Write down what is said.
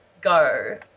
go